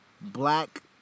black